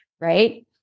right